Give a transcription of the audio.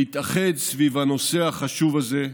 להתאחד סביב הנושא החשוב הזה.